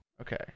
Okay